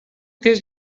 тез